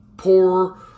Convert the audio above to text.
poor